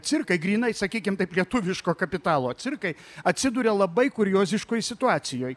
cirkai grynai sakykim taip lietuviško kapitalo cirkai atsiduria labai kurioziškoj situacijoj